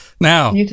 Now